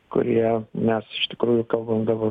kurie nes iš tikrųjų kalbam dabar